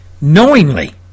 knowingly